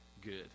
good